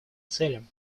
целям